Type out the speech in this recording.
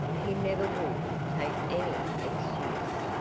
he never would take any excuse.